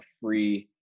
free